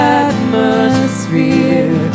atmosphere